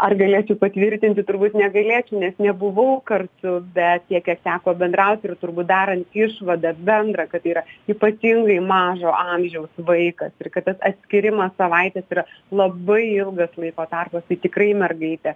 ar galėčiau patvirtinti turbūt negalėčiau nes nebuvau kartu bet tiek kiek teko bendraut ir turbūt darant išvadą bendrą kad yra ypatingai mažo amžiaus vaikas ir kad tas atskyrimas savaitės yra labai ilgas laiko tarpas tai tikrai mergaitė